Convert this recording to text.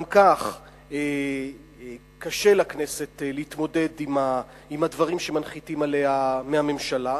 גם כך קשה לכנסת להתמודד עם הדברים שמנחיתים עליה מהממשלה.